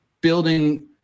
building